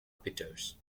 peters